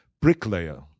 bricklayer